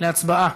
להצבעה,